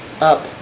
up